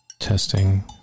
Testing